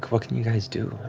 what can you guys do?